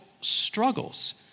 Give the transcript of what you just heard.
struggles